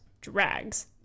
drags